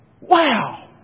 wow